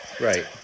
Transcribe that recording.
right